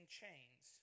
chains